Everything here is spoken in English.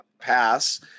Pass